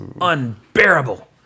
unbearable